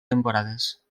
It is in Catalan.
temporades